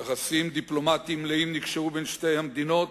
יחסים דיפלומטיים מלאים נקשרו בין שתי המדינות,